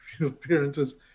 appearances